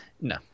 No